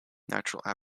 natural